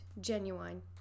genuine